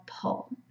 pull